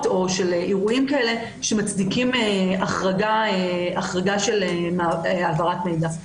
או של אירועים כאלה שמצדיקים החרגה של העברת מידע.